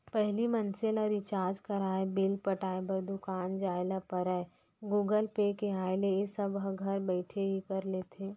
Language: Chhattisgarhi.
पहिली मनसे ल रिचार्ज कराय, बिल पटाय बर दुकान जाय ल परयए गुगल पे के आय ले ए सब ह घर बइठे ही कर लेथे